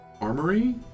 Armory